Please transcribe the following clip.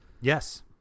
Yes